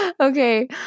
Okay